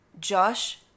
Josh